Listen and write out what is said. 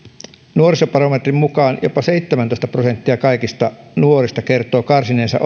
nuorisobarometrin mukaan jopa seitsemäntoista prosenttia kaikista nuorista kertoo karsineensa